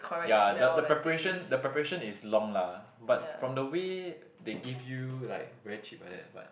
ya the the preparation the preparation is long lah but from the way they give you like very cheap like that but